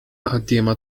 ħaddiema